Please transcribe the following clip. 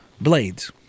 blades